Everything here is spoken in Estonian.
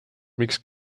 miks